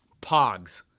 pogs.